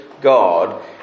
God